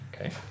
Okay